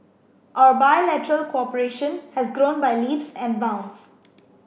our bilateral cooperation has grown by leaps and bounds